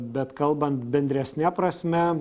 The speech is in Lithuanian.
bet kalbant bendresne prasme